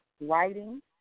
writing